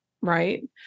right